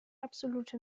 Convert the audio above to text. absolute